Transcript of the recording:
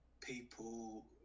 people